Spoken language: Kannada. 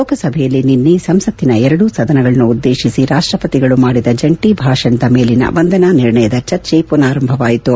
ಲೋಕಸಭೆಯಲ್ಲಿ ನಿನ್ನೆ ಸಂಸತ್ತಿನ ಎರಡೂ ಸದನಗಳನ್ನು ಉದ್ದೇಶಿಸಿ ರಾಷ್ಟ್ರಪತಿಗಳು ಮಾದಿದ ಜಂಟಿ ಭಾಷಣದ ಮೇಲಿನ ವಂದನಾ ನಿರ್ಣಯದ ಚರ್ಚೆ ಪುನರಾರಂಭವಾಯಿತು